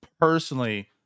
personally